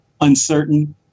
uncertain